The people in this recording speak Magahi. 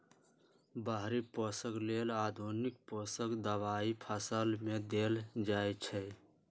बाहरि पोषक लेल आधुनिक पोषक दबाई फसल में देल जाइछइ